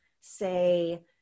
say